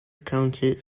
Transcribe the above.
county